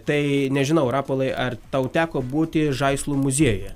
tai nežinau rapolai ar tau teko būti žaislų muziejuje